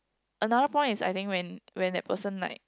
another point is I think when when that person like